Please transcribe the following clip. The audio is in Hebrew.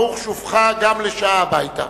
ברוך שובך גם לשעה הביתה.